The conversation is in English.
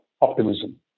optimism